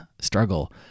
struggle